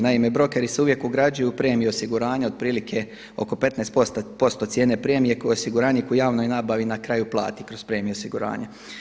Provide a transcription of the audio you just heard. Naime, brokeri se uvijek ugrađuju u premije i osiguranja otprilike oko 15% cijene premije koje osiguranik u javnoj nabavi na kraju plati kroz premiju osiguranja.